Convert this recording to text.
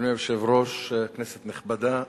אדוני היושב-ראש, כנסת נכבדה,